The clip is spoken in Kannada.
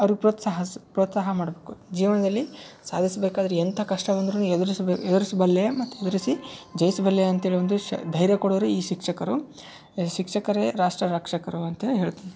ಅವ್ರಿಗೆ ಪ್ರೋತ್ಸಾಹಸ್ ಪ್ರೋತ್ಸಾಹ ಮಾಡಬೇಕು ಜೀವನದಲ್ಲಿ ಸಾಧಿಸ್ಬೇಕಾದ್ರ ಎಂಥ ಕಷ್ಟ ಬಂದರೂನು ಎದ್ರಸ್ಬೇ ಎದ್ರಸ್ಬಲ್ಲೆ ಮತ್ತು ಎದ್ರಿಸಿ ಜಯಿಸ್ಬಲ್ಲೆ ಅಂತ್ಹೇಳಿ ಒಂದು ಶ ಧೈರ್ಯ ಕೊಡುವರು ಈ ಶಿಕ್ಷಕರು ಶಿಕ್ಷಕರೇ ರಾಷ್ಟ್ರ ರಕ್ಷಕರು ಅಂತನೆ ಹೇಳ್ತೀನಿ